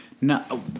No